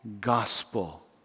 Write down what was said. Gospel